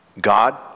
God